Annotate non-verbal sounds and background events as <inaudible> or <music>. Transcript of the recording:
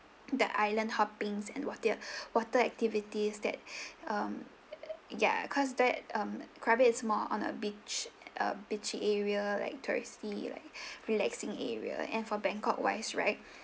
the island hopping and wate~ <breath> water activities that <breath> um ya cause that um krabi is more on a beach uh beachy area like touristy like <breath> relaxing area and for bangkok wise right